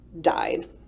died